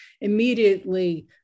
immediately